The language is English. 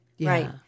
Right